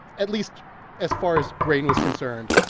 at least as far as grain was concerned,